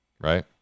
Right